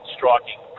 Striking